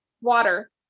water